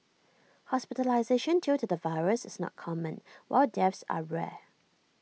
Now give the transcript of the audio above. hospitalisation due to the virus is not common while deaths are rare